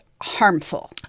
harmful